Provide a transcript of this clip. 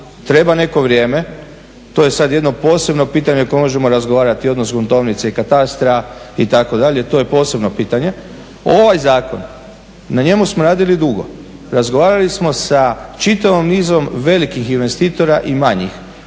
treba neko vrijeme, to je sad jedno posebno pitanje o kojem možemo razgovarati, odnosno gruntovnice i katastra itd., to je posebno pitanje. Ovaj zakon, na njemu smo radili dugo. Razgovarali smo sa čitavim nizom velikih investitora i manjih.